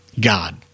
God